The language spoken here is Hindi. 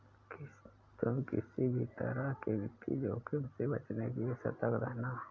तुम किसी भी तरह के वित्तीय जोखिम से बचने के लिए सतर्क रहना